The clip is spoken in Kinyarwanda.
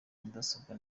mudasobwa